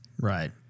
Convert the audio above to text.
Right